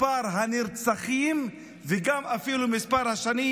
מספר הנרצחים, וגם אפילו מספר השנים: